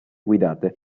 guidate